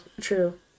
True